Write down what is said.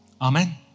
Amen